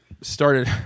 started